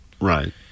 right